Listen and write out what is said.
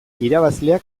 irabazleak